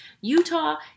Utah